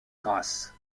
grâce